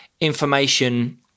information